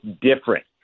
different